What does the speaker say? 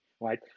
right